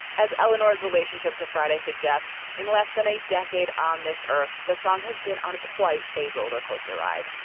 as eleanor's relationship to friday suggests. in less than a decade on this earth, the song has been on quite a roller coaster ride.